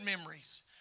memories